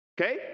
Okay